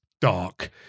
dark